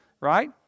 right